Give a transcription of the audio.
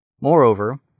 Moreover